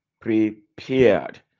prepared